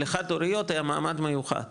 לחד הוריות היה מעמד מיוחד.